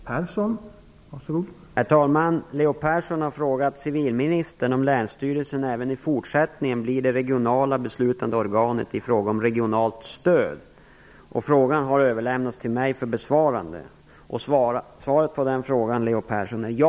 Herr talman! Leo Persson har frågat civilministern om länsstyrelsen även i fortsättningen blir det regionala beslutande organet i fråga om regionala stöd. Frågan har överlämnats till mig för besvarande. Svaret på frågan är ja.